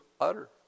utter